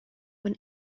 when